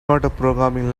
programming